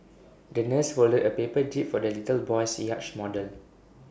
the nurse folded A paper jib for the little boy's yacht model